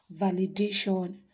validation